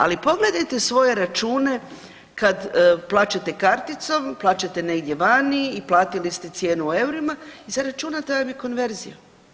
Ali pogledajte svoje račune kad plaćate karticom, plaćate negdje vani i platili ste cijenu u eurima i zaračunata vam je konverzija.